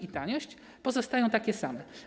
i taniość, pozostają takie same.